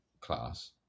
class